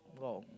!wow!